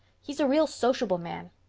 he's a real sociable man.